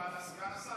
אבל סגן השר,